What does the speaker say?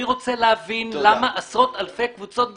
אני רוצה להבין למה עשרות אלפי קבוצות בשנה,